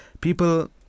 People